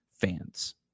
fans